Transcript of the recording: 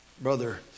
Brother